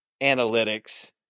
analytics